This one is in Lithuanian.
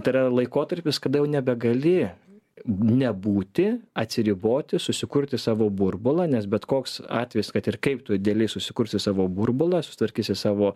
tai yra laikotarpis kada jau nebegali nebūti atsiriboti susikurti savo burbulą nes bet koks atvejis kad ir kaip tu idealiai susikursi savo burbulą susitvarkysi savo